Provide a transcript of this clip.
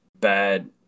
bad